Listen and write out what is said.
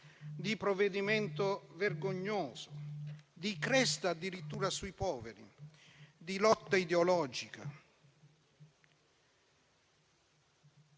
di provvedimento vergognoso, addirittura di cresta sui poveri, di lotta ideologica;